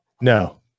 No